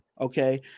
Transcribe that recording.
Okay